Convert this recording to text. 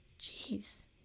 Jeez